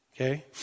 okay